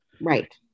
Right